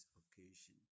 occasion